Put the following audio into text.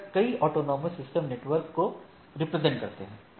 यह कई autonomous system network को रिप्रेजेंट करते हैं